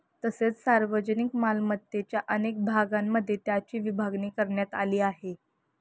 तसेच सार्वजनिक मालमत्तेच्या अनेक भागांमध्ये त्याची विभागणी करण्यात आली आहे